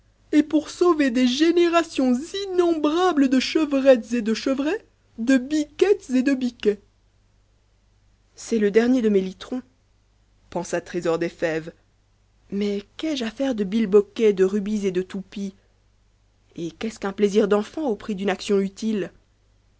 et pour sauver des générations innombrables de chevrettes et de chevrets de biquettes et de biquets c'est le dernier de mes litrons pensa trésor des fèves mais qu'ai-je affaire de bilboquet de rubis et de toupie et qu'est-ce qu'un plaisir d'entant au prix d'une action utile